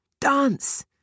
dance